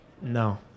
No